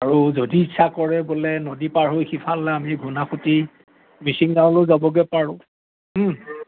আৰু যদি ইচ্ছা কৰে বোলে নদী পাৰ হৈ সিফালে আমি ঘুনাসুতি মিচিং গাঁৱলৈ যাবগে পাৰোঁ